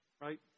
Right